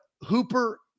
Hooper